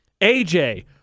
AJ